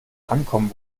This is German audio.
ankommen